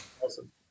Awesome